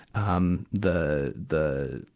um, the, the,